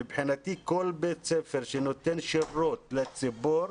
מבחינתי כל בית ספר שנותן שירות לציבור,